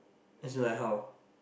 as in like how